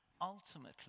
ultimately